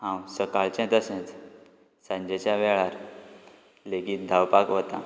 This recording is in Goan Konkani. हांव सकाळचें तसेंच सांजेच्या वेळार लेगीत धावपाक वता